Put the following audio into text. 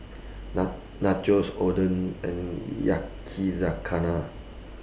Nachos Oden and Yakizakana